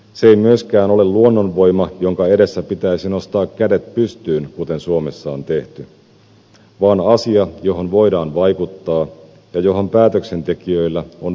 se ei myöskään ole luonnonvoima jonka edessä pitäisi nostaa kädet pystyyn kuten suomessa on tehty vaan asia johon voidaan vaikuttaa ja johon päätöksentekijöillä on velvollisuus vaikuttaa